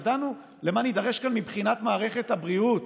ידענו למה נידרש כאן מבחינת מערכת הבריאות,